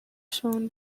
shone